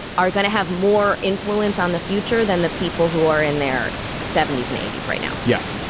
are going to have more influence on the future than the people who are in their seventy s and eighty s right now. yes.